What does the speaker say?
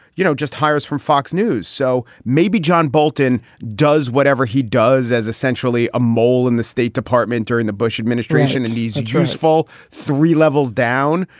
you know, just hires from fox news. so maybe john bolton does whatever he does as essentially a mole in the state department during the bush administration. and these just fall three levels down.